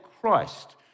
Christ